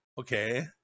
okay